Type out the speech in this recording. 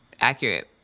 accurate